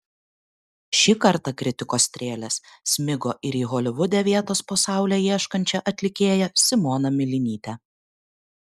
šį kartą kritikos strėlės smigo ir į holivude vietos po saule ieškančią atlikėją simoną milinytę